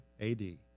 AD